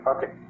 Okay